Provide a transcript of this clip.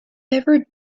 ever